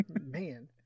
Man